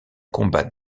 combat